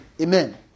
Amen